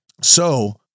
So-